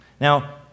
Now